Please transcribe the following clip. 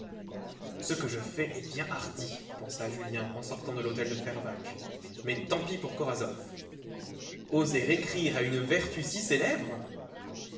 ce que je fais est bien hardi pensa julien en sortant de l'hôtel de fervaques mais tant pis pour korasoff oser écrire à une vertu